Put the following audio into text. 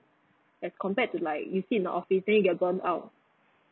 as compared to like you sit in office then you get zoned out